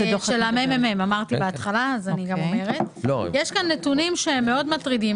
2022 יש נתונים מטרידים.